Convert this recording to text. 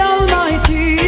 Almighty